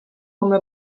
come